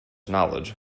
knowledge